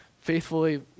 faithfully